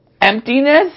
Emptiness